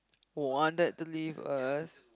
wanted to leave us